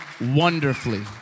wonderfully